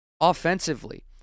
offensively